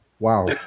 Wow